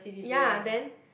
ya then